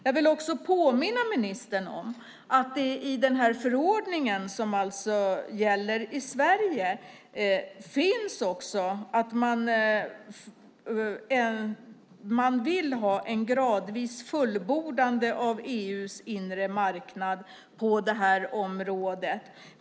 Jag vill också påminna ministern om att i förordningen, som alltså gäller i Sverige, framgår att man vill ha ett gradvis fullbordande av EU:s inre marknad på området.